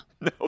No